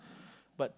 but